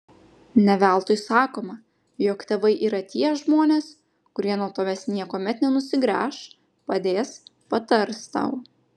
ne veltui sakoma jog tėvai yra tie žmonės kurie nuo tavęs niekuomet nenusigręš padės patars tau